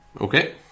Okay